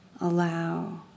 Allow